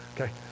Okay